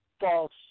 False